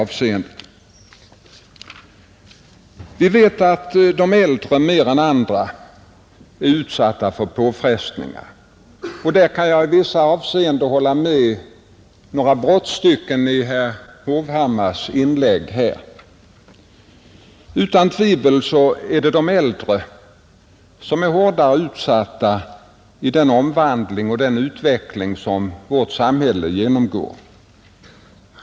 Vi vet att de äldre mer än andra är utsatta för påfrestningar, Härvidlag kan jag i vissa avseenden hålla med herr Hovhammar då det gäller vissa brottstycken i hans inlägg. Utan tvivel är det de äldre som är hårdast utsatta i den omvandling och utveckling som vårt samhälle genomgår.